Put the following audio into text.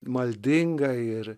maldingai ir